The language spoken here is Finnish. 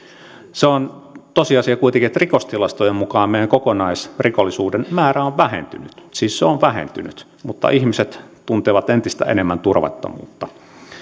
se on kuitenkin tosiasia että rikostilastojen mukaan meidän kokonaisrikollisuutemme määrä on vähentynyt siis se on vähentynyt mutta ihmiset tuntevat entistä enemmän turvattomuutta